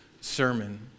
sermon